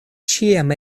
ĉiam